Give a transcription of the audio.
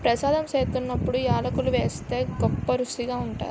ప్రసాదం సేత్తున్నప్పుడు యాలకులు ఏస్తే గొప్పరుసిగా ఉంటాది